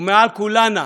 ומעל כולנה,